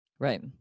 Right